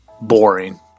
boring